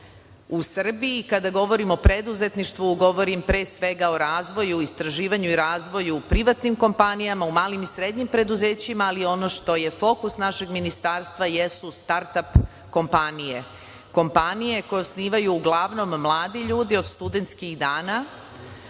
u Srbiji. Kada govorim o preduzetništvu, govorim pre svega o razvoju, istraživanju i razvoju u privatnim kompanijama, u malim i srednjim preduzećima, ali ono što je fokus našeg ministarstva jesu startap kompanije, kompanije koje osnivaju uglavnom mladi ljudi od studentskih dana